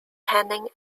tanning